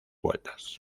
vueltas